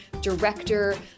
director